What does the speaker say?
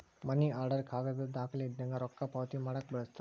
ಮನಿ order ಕಾಗದದ್ ದಾಖಲೆ ಇದ್ದಂಗ ರೊಕ್ಕಾ ಪಾವತಿ ಮಾಡಾಕ ಬಳಸ್ತಾರ